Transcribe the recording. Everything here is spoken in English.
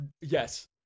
Yes